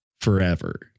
forever